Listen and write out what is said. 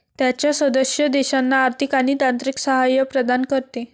त्याच्या सदस्य देशांना आर्थिक आणि तांत्रिक सहाय्य प्रदान करते